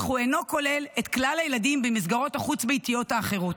אך הוא אינו כולל את כלל הילדים במסגרות חוץ-הביתיות האחרות.